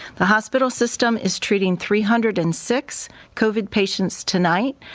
the hospital system is treating three hundred and six covid patients tonight,